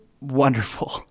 wonderful